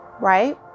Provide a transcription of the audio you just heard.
right